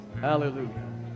Hallelujah